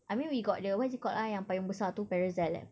I mean we got the what is called ah yang besar tu parasol eh